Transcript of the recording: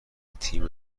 تیم